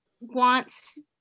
wants